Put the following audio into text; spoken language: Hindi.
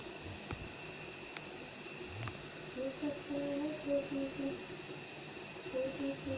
इस वर्ष गेहूँ का मूल्य क्या रहेगा?